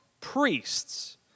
priests